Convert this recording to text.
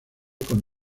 con